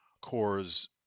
cores